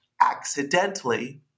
accidentally